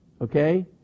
Okay